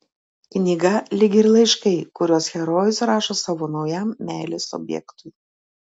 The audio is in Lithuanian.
knyga lyg ir laiškai kuriuos herojus rašo savo naujam meilės objektui